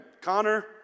Connor